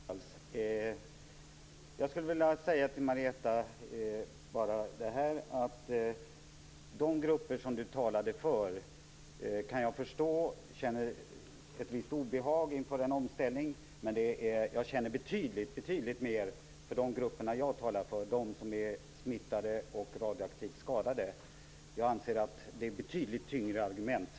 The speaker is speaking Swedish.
Fru talman! Jag skall inte vara långrandig. Jag skulle bara vilja säga till Marietta de Pourbaix-Lundin att jag kan förstå att de grupper hon talade för känner ett visst obehag inför en omställning. Men jag känner betydligt mer för de grupper jag talar för, de som är smittade och radioaktivt skadade. Jag anser att detta är betydligt tyngre argument.